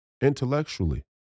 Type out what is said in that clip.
intellectually